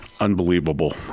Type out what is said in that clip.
Unbelievable